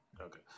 Okay